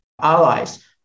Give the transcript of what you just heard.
allies